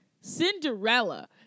Cinderella